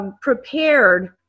prepared